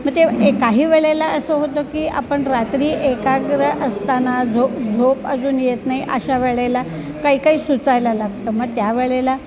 मग तेव्हा ए काही वेळेला असं होतं की आपण रात्री एकाग्र असताना झोप झोप अजून येत नाही अशा वेळेला काही काही सुचायला लागतं मग त्या वेळेला